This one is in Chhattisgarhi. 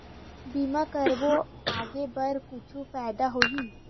बीमा करबो आगे बर कुछु फ़ायदा होही?